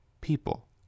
people